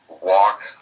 walk